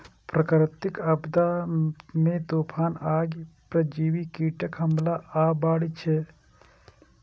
प्राकृतिक आपदा मे तूफान, आगि, परजीवी कीटक हमला आ बाढ़ि अबै छै